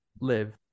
live